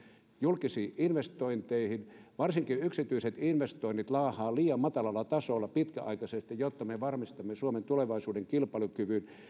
julkisiin investointeihin varsinkin yksityiset investoinnit laahaavat liian matalalla tasolla pitkäaikaisesti siihen nähden jotta me varmistaisimme suomen tulevaisuuden kilpailukyvyn